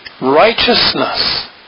righteousness